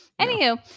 Anywho